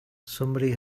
somebody